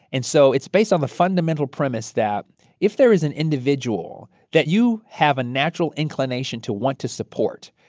and so it's based on the fundamental premise that if there is an individual that you have a natural inclination to want to support,